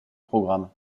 programme